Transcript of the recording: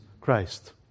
Christ